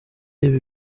ibi